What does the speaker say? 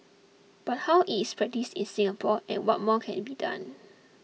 but how is practised in Singapore and what more can it be done